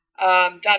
done